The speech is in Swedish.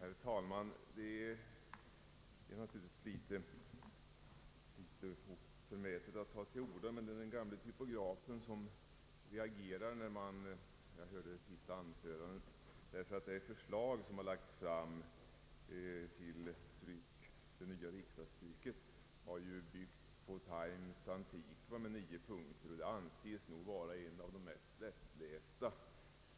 Herr talman! Det är naturligtvis litet förmätet att ta till orda så här dags, men det var den gamle typografen i mig som reagerade när jag hörde det senaste anförandet. Det förslag till nytt riksdagstryck som har lagts fram är ju byggt på Times antikva, 9 punkter, och det anses vara en av de mest lättlästa